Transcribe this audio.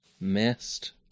Missed